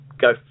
go